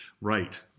right